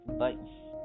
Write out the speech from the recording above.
bye